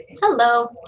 Hello